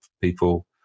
people